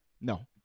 No